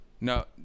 No